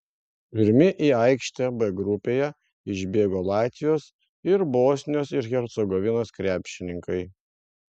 pirmi į aikštę b grupėje išbėgo latvijos ir bosnijos ir hercegovinos krepšininkai